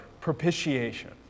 propitiation